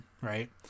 Right